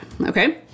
okay